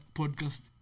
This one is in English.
podcast